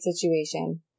situation